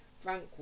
Frank